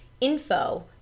info